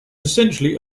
essentially